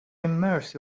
immerse